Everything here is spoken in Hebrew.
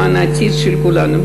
למען העתיד של כולנו,